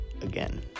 again